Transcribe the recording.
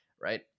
right